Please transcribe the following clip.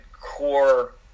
core